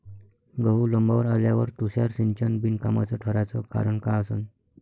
गहू लोम्बावर आल्यावर तुषार सिंचन बिनकामाचं ठराचं कारन का असन?